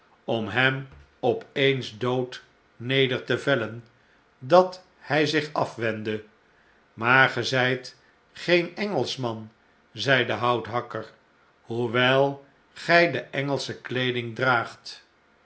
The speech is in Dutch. om hem op eens dood neder te vellen dat hj zich afwendde maar ge zfjt geen engelschman zei de houthakker hoe wel gjj de engelsche kleeding draagt